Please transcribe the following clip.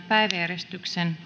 päiväjärjestyksen